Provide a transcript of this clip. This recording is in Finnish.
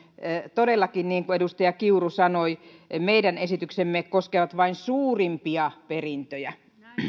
todellakin niin kuin edustaja kiuru sanoi meidän esityksemme koskevat vain suurimpia perintöjä